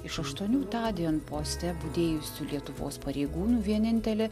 iš aštuonių tądien poste budėjusių lietuvos pareigūnų vienintelį